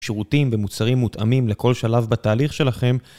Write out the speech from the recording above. שירותים ומוצרים מותאמים לכל שלב בתהליך שלכם.